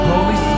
Holy